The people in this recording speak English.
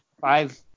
five